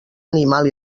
animal